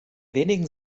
wenigen